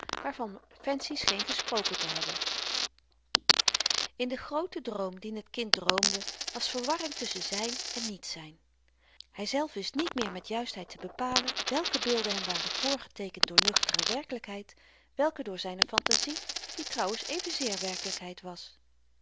waarvan fancy scheen gesproken te hebben in den grooten droom dien t kind droomde was verwarring tusschen zyn en niet zyn hyzelf wist niet meer met juistheid te bepalen welke beelden hem waren voorgeteekend door nuchtere werkelykheid wèlke door zyne fantazie die trouwens evenzeer werkelykheid was